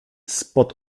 spod